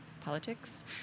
politics